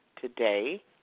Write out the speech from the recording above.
today